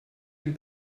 den